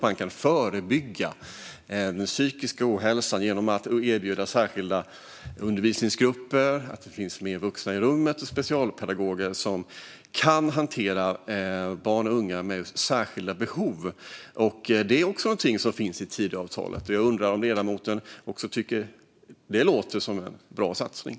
Man kan förebygga psykisk ohälsa genom att erbjuda särskilda undervisningsgrupper och genom att det finns fler vuxna i rummet och specialpedagoger som kan hantera barn och unga med särskilda behov. Detta är också något som finns i Tidöavtalet. Jag undrar om ledamoten tycker att också detta låter som en bra satsning.